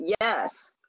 yes